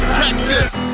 practice